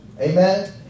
Amen